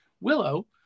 Willow